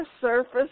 surface